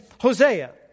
Hosea